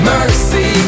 Mercy